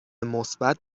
مثبت